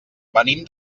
venim